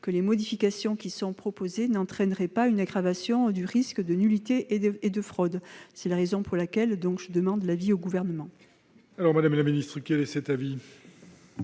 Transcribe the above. que les modifications proposées n'entraîneraient pas une aggravation du risque de nullité et de fraude. C'est la raison pour laquelle la commission spéciale demande l'avis du Gouvernement